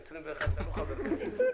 בכנסת ה-21 אתה לא חבר כנסת.